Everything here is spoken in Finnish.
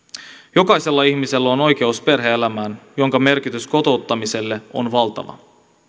jokaisella ihmisellä on oikeus perhe elämään jonka merkitys kotouttamiselle on valtava